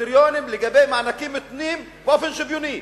קריטריונים לגבי מענקים מותנים באופן שוויוני.